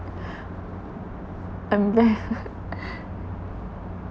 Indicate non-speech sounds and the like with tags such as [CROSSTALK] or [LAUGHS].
[BREATH] I'm back [LAUGHS]